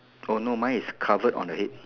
oh no mine is covered on the head